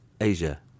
Asia